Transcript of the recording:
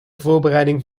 voorbereiding